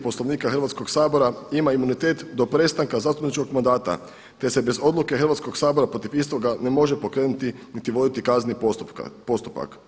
Poslovnika Hrvatskog sabora ima imunitet do prestanka zastupničkog mandata, te se bez odluke Hrvatskog sabora protiv istoga ne može pokrenuti, niti voditi kazneni postupak.